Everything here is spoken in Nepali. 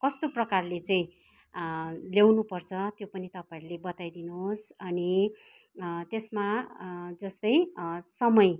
कस्तो प्रकारले चाहिँ ल्याउनुपर्छ त्यो पनि तपाईँहरूले बताइ दिनुहोस् अनि त्यसमा जस्तै समय